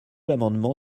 l’amendement